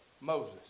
Moses